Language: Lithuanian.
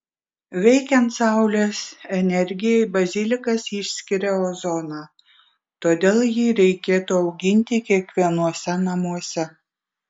veikiant saulės energijai bazilikas išskiria ozoną todėl jį reikėtų auginti kiekvienuose namuose